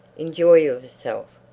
enjoy yourself.